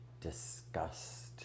disgust